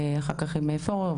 ואחר כך עם עודד פורר,